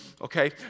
okay